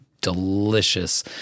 delicious